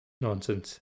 Nonsense